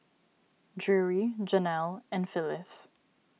Drury Janelle and Phylis